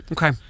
Okay